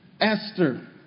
Esther